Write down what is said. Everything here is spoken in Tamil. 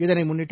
இதனைமுன்னிட்டு